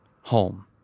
home